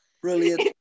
Brilliant